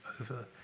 over